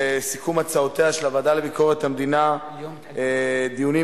ההצעה להעביר את הצעת חוק חנייה לנכים (תיקון, דוח